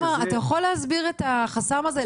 אתה יכול להסביר את החסם הזה?